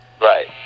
Right